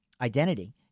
identity